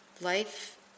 life